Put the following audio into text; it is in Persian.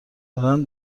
دارند